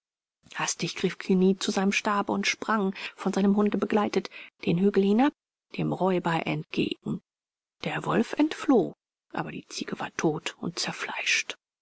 hastig griff cugny zu seinem stabe und sprang von seinem hunde begleitet den hügel hinab dem räuber entgegen der wolf entflog aber die ziege war tot und zerfleischt